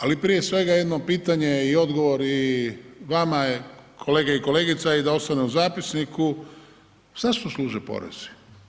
Ali prije svega jedno pitanje i odgovor i vama, kolege i kolegice a i da ostane u zapisniku, zašto služe porezi?